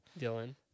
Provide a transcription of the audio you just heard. Dylan